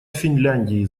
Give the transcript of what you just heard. финляндии